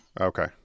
Okay